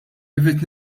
irrid